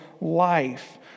life